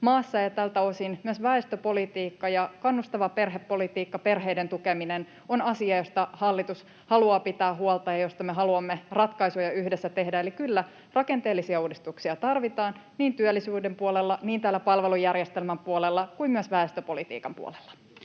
maassa. Tältä osin myös väestöpolitiikka ja kannustava perhepolitiikka, perheiden tukeminen, on asia, josta hallitus haluaa pitää huolta ja josta me haluamme ratkaisuja yhdessä tehdä. Eli kyllä, rakenteellisia uudistuksia tarvitaan niin työllisyyden puolella, palvelujärjestelmän puolella kuin väestöpolitiikan puolella.